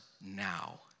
now